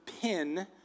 pin